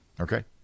Okay